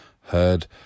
heard